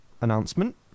announcement